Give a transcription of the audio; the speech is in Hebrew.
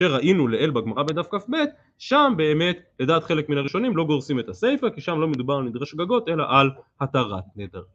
וראינו לאלבה גמורה בדף קף בית שם באמת לדעת חלק מן הראשונים לא גורסים את הסייפה כי שם לא מדובר על נדרש גגות אלא על התרת נדרים